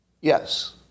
Yes